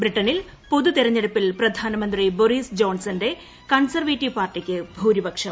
ബ്രിട്ടണിൽ പൊതുതെരഞ്ഞെടുപ്പിൽ പ്രധാനമന്ത്രി ബൊറീസ് ജോൺസന്റെ കൺസർവേറ്റീവ് പാർട്ടിക്ക് ഭൂരിപക്ഷം